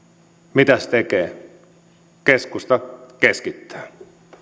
mitä se tekee keskusta keskittää